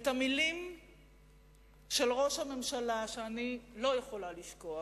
את המלים של ראש הממשלה שאני לא יכולה לשכוח,